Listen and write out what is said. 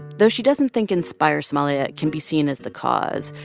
though she doesn't think inspire somalia can be seen as the cause.